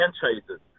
franchises